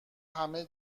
همه